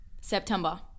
september